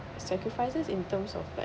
sacrifices in terms of what